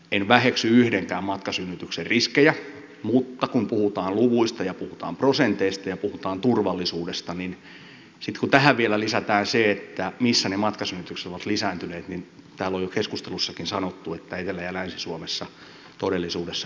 en väheksy yhdenkään matkasynnytyksen riskejä mutta kun puhutaan luvuista ja puhutaan prosenteista ja puhutaan turvallisuudesta niin sitten kun tähän vielä lisätään se missä ne matkasynnytykset ovat lisääntyneet niin täällä on jo keskusteluissakin sanottu että etelä ja länsi suomessa todellisuudessa pääkaupunkiseudulla